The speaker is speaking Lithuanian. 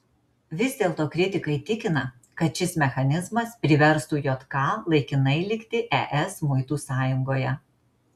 vis dėlto kritikai tikina kad šis mechanizmas priverstų jk laikinai likti es muitų sąjungoje